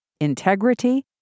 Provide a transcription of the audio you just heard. integrity